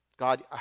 God